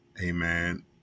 amen